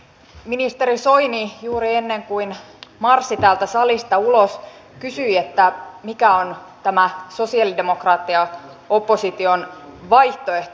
ministeri soini juuri ennen kuin marssi täältä salista ulos kysyi että mikä on tämä sosialidemokraattien ja opposition vaihtoehto